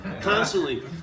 constantly